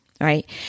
right